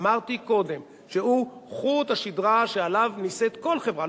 אמרתי קודם שהוא חוט השדרה שעליו נישאת כל חברה,